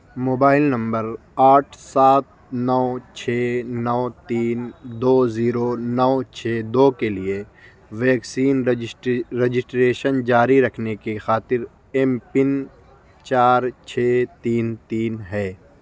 mobile number آٹھ سات نو چھ نو تین دو زیرو نو چھ دو کے لیے ویکسین رجسٹریشن جاری رکھنے کی خاطر ایم پن چار چھ تین تین ہے